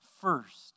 first